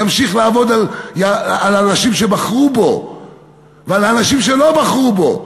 ימשיך לעבוד על אנשים שבחרו בו ועל אנשים שלא בחרו בו,